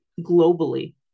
globally